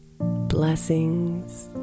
Blessings